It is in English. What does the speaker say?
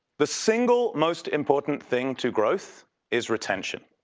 the single most important thing to growth is retention.